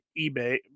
eBay